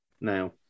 now